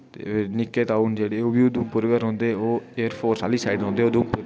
ते निक्के ताऊ न जेह्ड़े ओह् बी उधमपुर गै रौंह्दे ओह् एयरफोर्स आह्ली साइड रौंह्दे उधमपुर दे